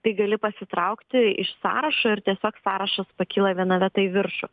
tai gali pasitraukti iš sąrašo ir tiesiog sąrašas pakyla viena vieta į viršų